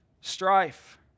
strife